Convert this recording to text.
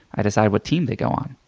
i decide what team they go on.